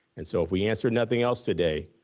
and so, if we answer nothing else today,